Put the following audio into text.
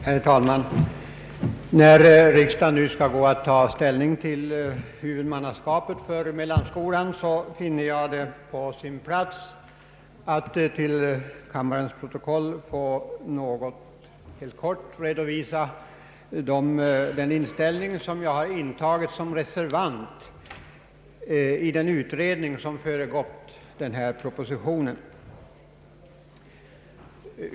Herr talman! När riksdagen nu skall ta ställning till huvudmannaskapet för mellanskolan finner jag det vara på sin plats att till kammarens protokoll helt kort redovisa den inställning jag intagit som reservant i den utredning som föregått denna proposition.